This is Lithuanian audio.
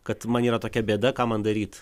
kad man yra tokia bėda ką man daryt